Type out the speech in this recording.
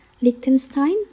Liechtenstein